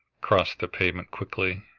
crossed the pavement quickly,